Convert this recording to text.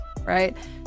right